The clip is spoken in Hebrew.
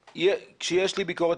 כשיש לי ביקורת,